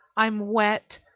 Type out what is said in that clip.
i'm wet,